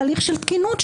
תהליך של תקינות,